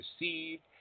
received